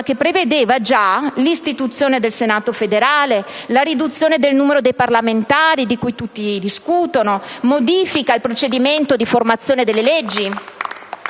che prevedeva già l'istituzione del Senato federale, la riduzione del numero dei parlamentari, di cui tutti discutono, modifiche al procedimento di formazione delle leggi